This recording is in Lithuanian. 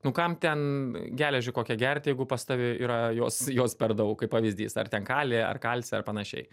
nu kam ten geležį kokią gerti jeigu pas tave yra jos jos per daug kaip pavyzdys ar ten kalį ar kalcį ar panašiai